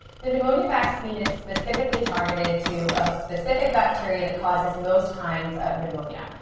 the pneumonia vaccine is specifically targeted to a specific bacteria that causes most kinds of pneumonia.